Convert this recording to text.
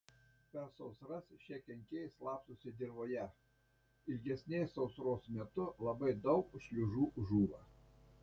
per sausras šie kenkėjai slapstosi dirvoje ilgesnės sausros metu labai daug šliužų žūva